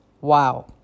Wow